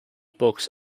books